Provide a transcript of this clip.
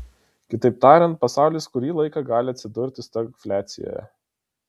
kitaip tariant pasaulis kurį laiką gali atsidurti stagfliacijoje